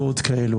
ועוד כאלה,